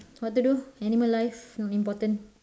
what to do animal life not important